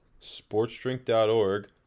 Sportsdrink.org